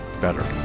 better